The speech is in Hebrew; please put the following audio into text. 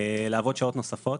לעבוד שעות נוספות